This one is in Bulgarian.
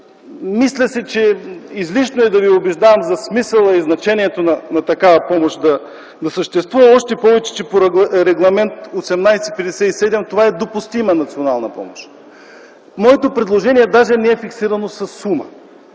Мисля си, че е излишно да ви убеждавам в смисъла и значението на това такава помощ да съществува. Още повече, че по Регламент 1857 това е допустима национална помощ. Моето предложение даже не е фиксирано със сума,